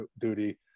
duty